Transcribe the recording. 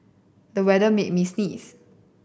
the weather made me sneeze